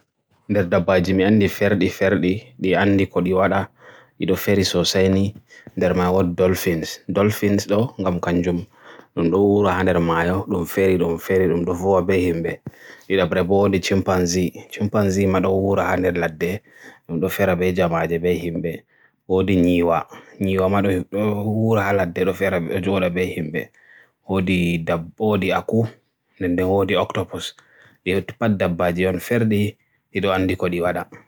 Nder dabbaji mi and ferɗiɗo feri sosai ni wodi Dolphin ɗiɗi ko rewɓe gonga, ɓe waawi hokkude sago, njiytii, e waawde leemɗe hoore. Chimpanzee ɗiɗi waɗi kugal ɓe maɓɓe e jom naatirɗe, ɓe waawi waɗde masiilaaji, hokkude waawde sembe hoore. Elefanti ɗiɗi jogii moƴƴi gonga, ɓe waawi haɓɓude ɓurndu e ndiyam e rewɓe. Koro ɗiɗi ko rewɓe suudu, ɓe waawi haɗde tools e woodude keeri e ñaamude. Octopus ɓe ɗon rewɓe maɓɓe, ɓe waawi daɗɗude mo e suusude, waɗde njiytii e andude kugal. Parrot ɓe jogii gese, ɓe waawi mimmiɗe naatirɗe, e waawi waɗde cuuɗi waɗi haɓɓude e andude jam. Orca ɓe, ɓe woni e rewɓe mawɓe ɗiɗi e laawol e heɓɓude ɓurndu e jam.